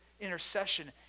intercession